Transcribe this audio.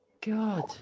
God